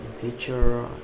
teacher